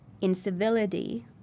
incivility